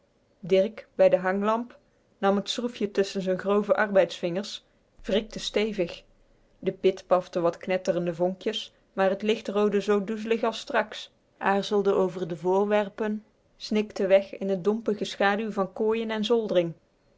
dirk bij de hanglamp nam t schroefje tusschen z'n grove arbeidsvingers wrikte stevig de pit pafte wat knettrende vonkjes maar t licht roodde zoo doezlig als straks aarzelde over de voorwerpen snikte weg in het dompe geschaduw van kooien en